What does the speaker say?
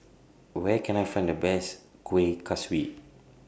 Where Can I Find The Best Kueh Kaswi